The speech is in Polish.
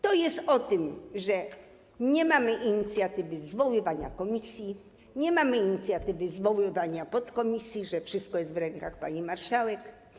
To jest o tym, że nie mamy inicjatywy zwoływania komisji, nie mamy inicjatywy zwoływania podkomisji, że wszystko jest w rękach pani marszałek.